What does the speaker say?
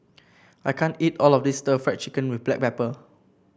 I can't eat all of this stir Fry Chicken with Black Pepper